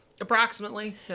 Approximately